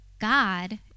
God